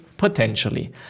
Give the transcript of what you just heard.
Potentially